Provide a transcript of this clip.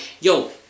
yo